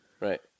Right